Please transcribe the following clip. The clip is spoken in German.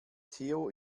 theo